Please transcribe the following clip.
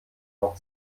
auch